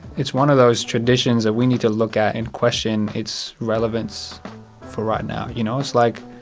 it's one of those traditions that we need to look at and question its relevance for right now. you know it's like